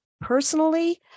personally